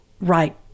right